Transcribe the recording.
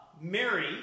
Mary